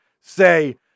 Say